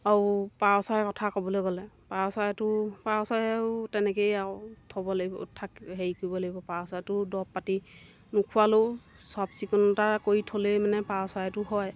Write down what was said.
আৰু পাৰ চৰাই কথা ক'বলৈ গ'লে পাৰ চৰাইটো পাৰ চৰায়েও তেনেকৈয়ে আৰু থ'ব লাগিব থাক হেৰি কৰিব লাগিব পাৰ চৰাইটোও দৰৱ পাতি নোখোৱালেও চাফচিকুণতা কৰি থ'লেই মানে পাৰ চৰাইটো হয়